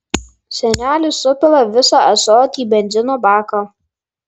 senelis supila visą ąsotį į benzino baką